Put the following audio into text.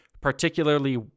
particularly